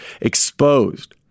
exposed